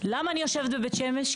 למה אני יושבת בבית שמש?